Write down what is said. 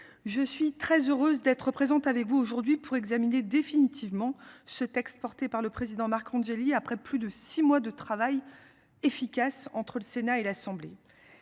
Je suis très heureuse d'être présent avec vous aujourd'hui pour examiner définitivement ce texte porté par le président Marcangeli après plus de 6 mois de travail efficace entre le Sénat et l'Assemblée.